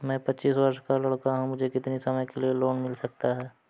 मैं पच्चीस वर्ष का लड़का हूँ मुझे कितनी समय के लिए लोन मिल सकता है?